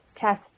test